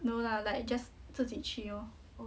no lah like just 自己去咯